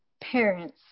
parents